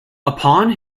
upon